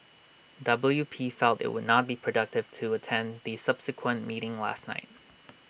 W P felt IT would not be productive to attend the subsequent meeting last night